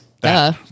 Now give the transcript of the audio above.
duh